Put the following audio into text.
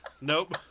Nope